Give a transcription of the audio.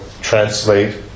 translate